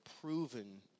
proven